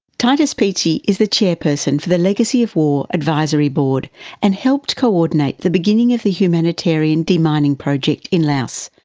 titus peachey is the chairperson for the legacy of war advisory board and help coordinate the beginning of the humanitarian de-mining project in laos.